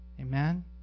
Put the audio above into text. Amen